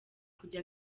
kujya